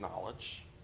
knowledge